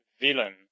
villain